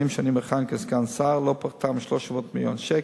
שאני מכהן כסגן שר לא פחתה מ-300 מיליון שקל.